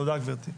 תודה גברתי.